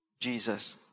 Jesus